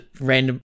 random